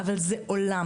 אבל זה עולם,